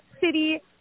city